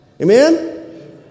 Amen